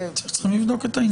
שצריכים לבדוק את העניין.